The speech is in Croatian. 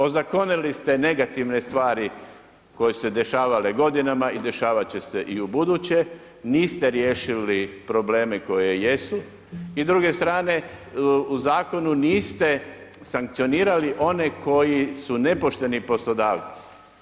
Ozakonili ste negativne stvari koje su se dešavale godinama i dešavat će se i ubuduće, niste riješili probleme koje jesu i s druge strane, u zakonu niste sankcionirali one koji su nepošteni poslodavci.